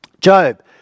Job